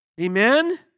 Amen